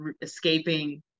escaping